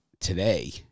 today